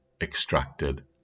extracted